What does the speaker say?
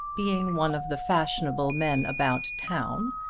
being one of the fashionable men about town,